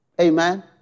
Amen